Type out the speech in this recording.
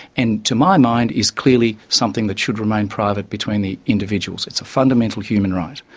and to my mind is clearly something that should remain private between the individuals it's a fundamental human right.